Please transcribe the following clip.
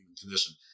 condition